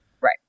Right